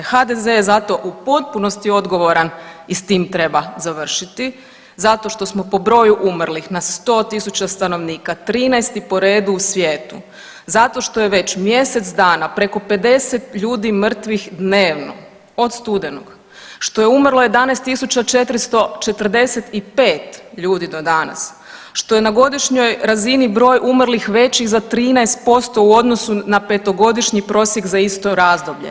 HDZ je zato u potpunosti odgovoran i s tim treba završiti zato što smo po broju umrlih na 100.000 stanovnika 13 po redu u svijetu, zato što je već mjesec dana preko 50 ljudi mrtvih dnevno od studenog, što je umrlo 11.445 ljudi do danas, što je na godišnjoj razini broj umrlih veći za 13% u odnosu na petogodišnji prosjek za isto razdoblje.